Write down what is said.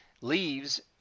leaves